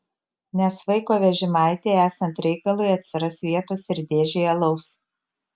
nes vaiko vežimaityje esant reikalui atsiras vietos ir dėžei alaus